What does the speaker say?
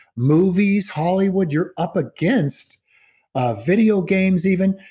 movies hollywood, you're up against ah video games even,